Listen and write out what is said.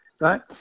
Right